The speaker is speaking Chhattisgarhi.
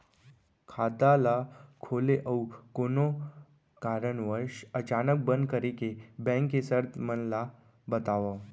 खाता ला खोले अऊ कोनो कारनवश अचानक बंद करे के, बैंक के शर्त मन ला बतावव